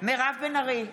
מירב בן ארי,